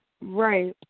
Right